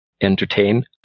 entertain